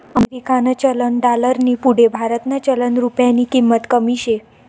अमेरिकानं चलन डालरनी पुढे भारतनं चलन रुप्यानी किंमत कमी शे